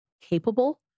capable